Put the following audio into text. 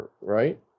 right